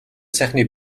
сайхны